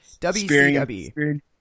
WCW